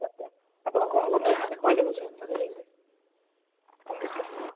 ଆଚ୍ଛା ଆପଣ କ'ଣ କ'ଣ ନେବେ ମୋତେ କହିଲେ ମୁଁ ସେଇ ଅନୁସାରେ ଆପଣଙ୍କୁ ଡିସକାଉଣ୍ଟ୍ ଦେବି